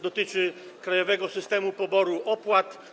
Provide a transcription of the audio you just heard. Dotyczy on krajowego systemu poboru opłat.